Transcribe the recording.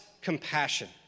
compassion